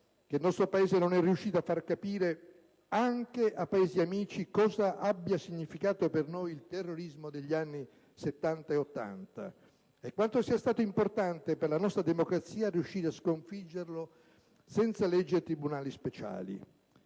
che il nostro Paese non è riuscito a far capire, anche a Paesi amici, cosa abbia significato per noi il terrorismo degli anni '70 e '80 e quanto sia stato importante per la nostra democrazia riuscire a sconfiggerlo senza leggi speciali e tribunali speciali.